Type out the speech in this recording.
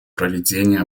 проведение